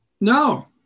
No